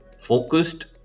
focused